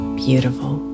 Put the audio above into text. beautiful